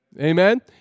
Amen